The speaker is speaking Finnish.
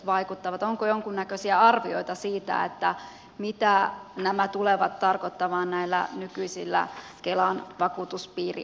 onko jonkunnäköisiä arvioita siitä mitä nämä tulevat tarkoittamaan näillä nykyisillä kelan vakuutuspiirialueilla